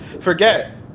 forget